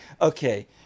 Okay